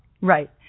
Right